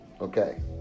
okay